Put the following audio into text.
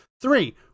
three